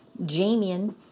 Jamian